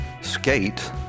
skate